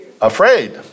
afraid